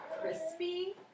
crispy